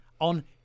On